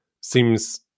seems